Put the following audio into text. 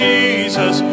Jesus